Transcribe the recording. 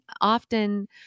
often